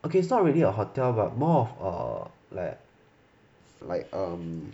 okay it's not really a hotel but more of a like like um